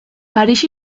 paris